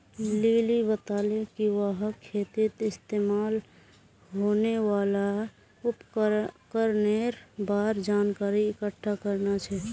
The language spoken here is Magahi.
लिली बताले कि वहाक खेतीत इस्तमाल होने वाल उपकरनेर बार जानकारी इकट्ठा करना छ